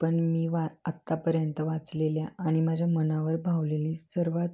पण मी वा आत्तापर्यंत वाचलेल्या आणि माझ्या मनावर भावलेली स सर्वात